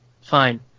Fine